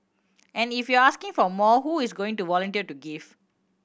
and if you are asking for more who is going to volunteer to give